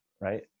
right